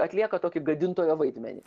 atlieka tokį gadintojo vaidmenį